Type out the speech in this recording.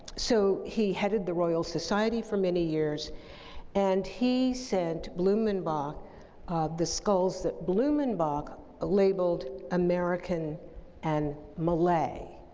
so, he headed the royal society for many years and he sent blumenbach the skulls that blumenbach ah labeled american and malay.